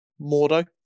Mordo